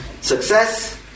success